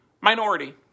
Minority